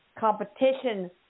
Competition